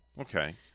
okay